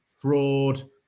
fraud